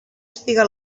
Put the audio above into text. espiga